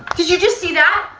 did you just see that?